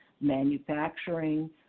manufacturing